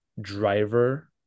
driver